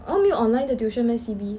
oh 没有 online 的 tuition meh C_B